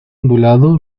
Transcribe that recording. ondulado